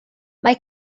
mae